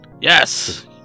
Yes